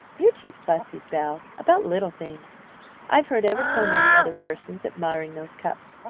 you're too fussy, belle, about little things i've heard ever so many other persons admiring those cups,